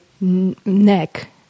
neck